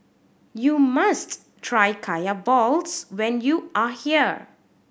you must try Kaya balls when you are here